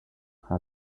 how